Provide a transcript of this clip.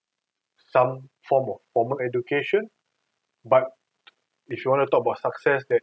some form of formal education but if you want to talk about success that